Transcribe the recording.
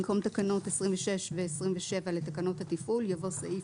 במקום "תקנות 26 ו-27 לתקנות התפעול" יבוא "סעיף